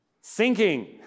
sinking